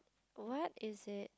what is it